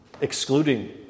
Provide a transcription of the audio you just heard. excluding